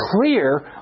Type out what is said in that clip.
clear